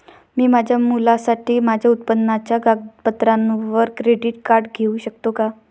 मी माझ्या मुलासाठी माझ्या उत्पन्नाच्या कागदपत्रांवर क्रेडिट कार्ड घेऊ शकतो का?